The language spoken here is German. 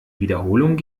wiederholung